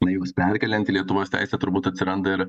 na juos perkeliant į lietuvos teisę turbūt atsiranda ir